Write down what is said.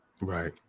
Right